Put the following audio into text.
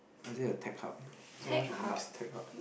I say a tech hub Singapore should be the next tech hub